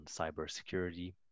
cybersecurity